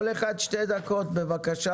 כל אחד שתי דקות בבקשה.